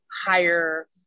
higher